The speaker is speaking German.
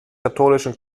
katholischen